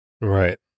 Right